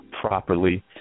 properly